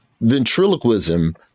ventriloquism